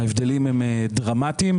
ההבדלים הם דרמטיים,